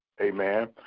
Amen